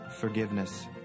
forgiveness